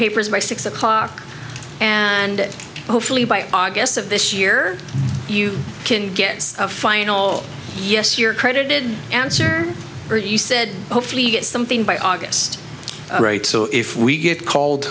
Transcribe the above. papers by six o'clock and it hopefully by august of this year you can get a final yes you're credited answer or you said hopefully you get something by august right so if we get called